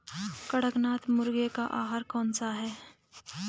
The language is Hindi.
कड़कनाथ मुर्गे का आहार कौन सा है?